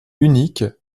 unique